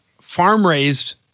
farm-raised